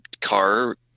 car